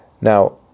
Now